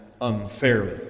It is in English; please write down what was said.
unfairly